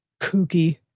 kooky